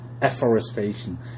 afforestation